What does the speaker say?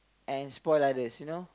and spoil others you know